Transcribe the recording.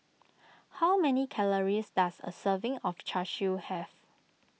how many calories does a serving of Char Siu have